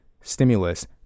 stimulus